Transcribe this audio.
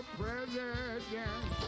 president